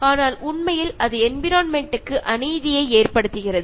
അതിനാൽ പ്രകൃതിയോട് വളരെ സൌഹാർദ്ദപരമായി പെരുമാറുക